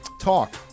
Talk